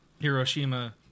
Hiroshima